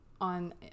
On